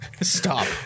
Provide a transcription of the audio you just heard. Stop